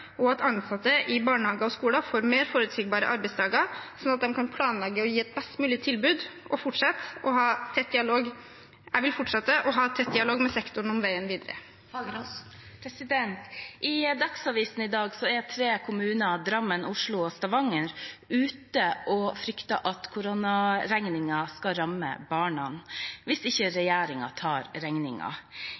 og at ansatte i barnehager og skoler får mer forutsigbare arbeidsdager, sånn at de kan planlegge og gi et best mulig tilbud. Jeg vil fortsatt ha tett dialog med sektoren om veien videre. I Dagsavisen i dag er tre kommuner, Drammen, Oslo og Stavanger, ute og frykter at koronaregningen skal ramme barna, hvis ikke regjeringen tar